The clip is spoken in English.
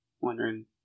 wondering